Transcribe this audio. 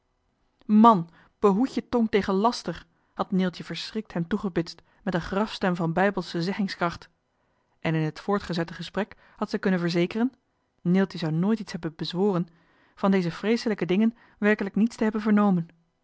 man behoed je tong tegen laster had neeltje verschrikt hem toegebitst met een grafstem van bijbelsche zeggingskracht en in het voortgezette gesprek had zij kunnen verzekeren neeltje zou nooit iets hebben bezworen van deze vreeselijke dingen werkelijk niets te hebben vernomen